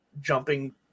jumping